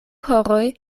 horoj